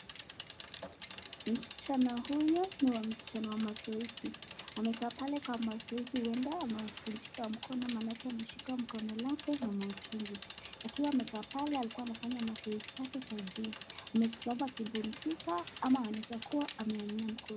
Msichana huyu ni msichana wa mazoezi amekaa pale kwa mazoezi huenda amevunjika mkono manake ameshika mkono lake na mauchungu akiwa amekaa pale alikua anafanya mazoezi za (GYM) amesimama akipumzika ama anaweza kuwa ameumia mkono.